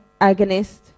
agonist